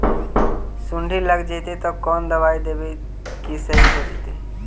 सुंडी लग जितै त कोन दबाइ देबै कि सही हो जितै?